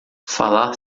falar